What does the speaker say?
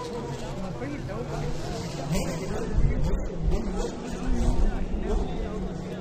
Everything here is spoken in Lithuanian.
labai daug atvyksta vadinamųjų suicidinių asmenų